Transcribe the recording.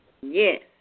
Yes